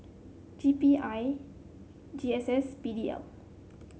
G B I G S S P D L